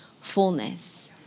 fullness